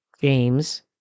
James